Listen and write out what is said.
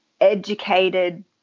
educated